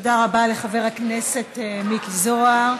תודה רבה לחבר הכנסת מיקי זוהר.